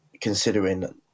considering